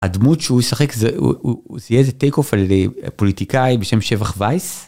הדמות שהוא משחק זה הוא.. זה טייק אוף לפוליטיקאי בשם שבח וייס.